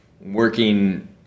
working